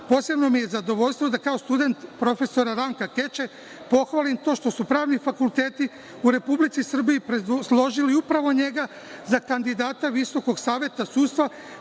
posebno mi je zadovoljstvo da kao student profesora Ranka Keče, pohvalim to što su pravni fakulteti u Republici Srbiji složili upravo njega za kandidata Visokog saveta sudstva